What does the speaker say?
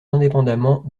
indépendamment